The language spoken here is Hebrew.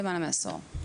למעלה מעשור.